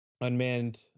unmanned